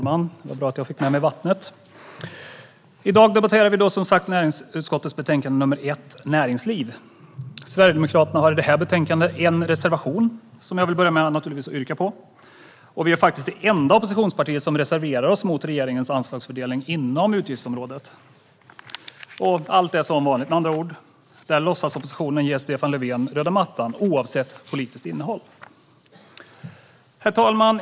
Herr talman! I dag debatterar vi näringsutskottets betänkande 1 Näringsliv . Sverigedemokraterna har i detta betänkande en reservation som jag vill börja med att yrka bifall till. Vi är faktiskt det enda oppositionsparti som reserverar oss mot regeringens anslagsfördelning inom utgiftsområdet. Allt är som vanligt, med andra ord, där låtsasoppositionen ger Stefan Löfven röda mattan oavsett politiskt innehåll. Herr talman!